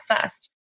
first